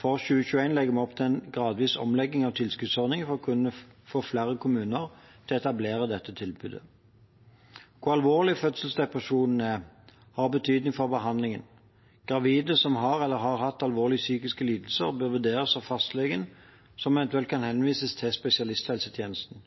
For 2021 legger vi opp til en gradvis omlegging av tilskuddsordningen for å få flere kommuner til å etablere dette tilbudet. Hvor alvorlig fødselsdepresjonen er, har betydning for behandlingen. Gravide som har eller har hatt alvorlige psykiske lidelser, bør vurderes av fastlegen, som eventuelt kan henvise til spesialisthelsetjenesten.